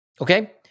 Okay